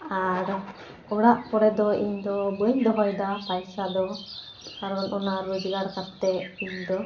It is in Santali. ᱟᱨ ᱚᱲᱟᱜ ᱠᱚᱨᱮᱫᱚ ᱤᱧᱫᱚ ᱵᱟᱹᱧ ᱫᱚᱦᱚᱭᱫᱟ ᱯᱟᱭᱥᱟᱫᱚ ᱠᱟᱨᱚᱱ ᱚᱱᱟ ᱨᱳᱡᱽᱜᱟᱨ ᱠᱟᱛᱮᱫ ᱫᱚ